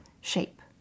shape